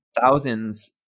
Thousands